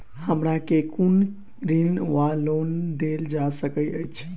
हमरा केँ कुन ऋण वा लोन देल जा सकैत अछि?